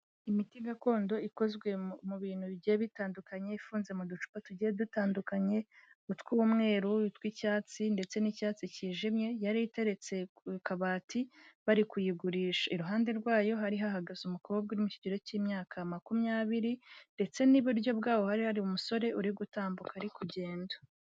Imiti gakondo ikozwe mu bintu bigiye bitandukanye ifunze mu ducupa tugiye dutandukanye mu tw'umweruru, mu tw'icyatsi ndetse n'icyatsi kijimye, yari iteretse ku kabati bari kuyigurisha, iruhande rwayo hari hahagaze umukobwa uri mu kigero cy'imyaka makumyabiri ndetse n'iburyo bwaho hari hari umusore uri gutambuka ari kugenda.